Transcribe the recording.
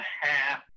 half